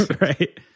right